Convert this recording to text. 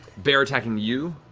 bear attacking you,